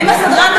אם הסדרן,